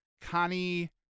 Connie